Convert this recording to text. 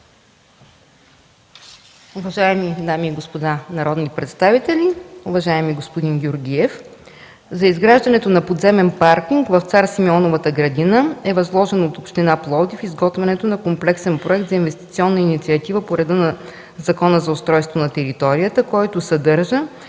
Уважаеми дами и господа народни представители, уважаеми господин Георгиев! За изграждането на подземен паркинг в Цар Симеоновата градина е възложен от община Пловдив изготвянето на комплексен проект за инвестиционна инициатива по реда на Закона за устройство на територията, който съдържа